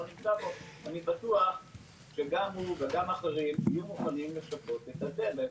אני בטוח שגם הוא וגם אחרים יהיו מוכנים לשפות את הסוחרים.